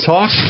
Talk